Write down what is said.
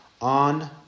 on